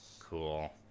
Cool